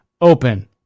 open